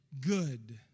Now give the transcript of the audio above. Good